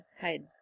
hide